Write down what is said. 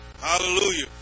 Hallelujah